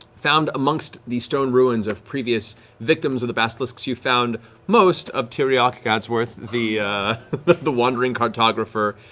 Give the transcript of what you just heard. found amongst the stone ruins of previous victims of the basilisks, you found most of tyriok gadsworth, the the wandering cartographer,